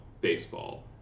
baseball